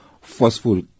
forceful